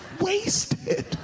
wasted